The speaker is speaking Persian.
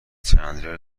چندلر